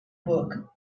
book